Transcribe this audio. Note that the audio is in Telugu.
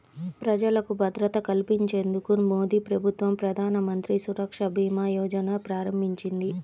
ప్రజలకు భద్రత కల్పించేందుకు మోదీప్రభుత్వం ప్రధానమంత్రి సురక్ష భీమా యోజనను ప్రారంభించింది